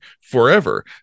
forever